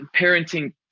parenting